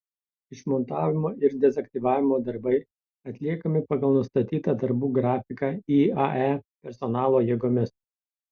išmontavimo ir dezaktyvavimo darbai atliekami pagal nustatytą darbų grafiką iae personalo jėgomis